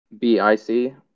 BIC